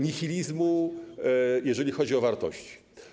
nihilizmu, jeżeli chodzi o wartości.